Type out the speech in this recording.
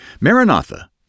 Maranatha